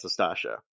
Sastasha